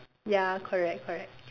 ya correct correct